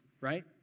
right